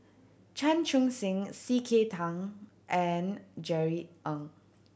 Chan Chun Sing C K Tang and Jerry Ng